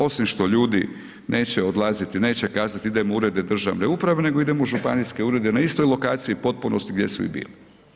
Osim što ljudi neće odlaziti, neće kazati idem u urede državne uprave nego idem u županijske urede, na istoj lokaciji u potpunosti gdje su i bili.